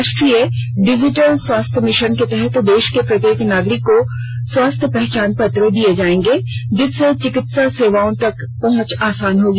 राष्ट्रीय डिजिटल स्वास्थ्य मिशन के तहत देश के प्रत्येक नागरिक को स्वास्थ्य पहचान पत्र दिये जायेंगे जिससे चिकित्सा सेवाओं तक पहुंच आसान होगी